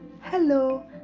Hello